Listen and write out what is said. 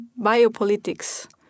biopolitics